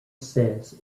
says